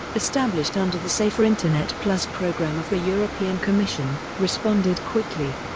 established under the safer internet plus programme of the european commission, responded quickly.